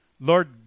Lord